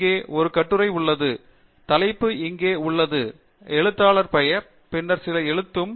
இங்கே ஒரு கட்டுரை உள்ளது தலைப்பு இங்கே உள்ளது எழுத்தாளர் பெயர் பின்னர் சில எழுத்தும்